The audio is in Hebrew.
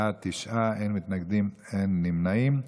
בעד, תשעה, אין מתנגדים, אין נמנעים.